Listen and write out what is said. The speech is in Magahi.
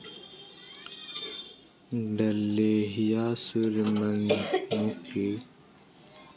डहेलिया सूर्यमुखी फुल के द्विदल वर्ग के पौधा हई मैक्सिको के रंगीन फूल कहल जा हई